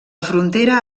frontera